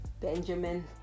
Benjamin